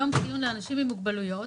יום לאנשים עם מוגבלות,